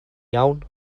iawn